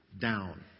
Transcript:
down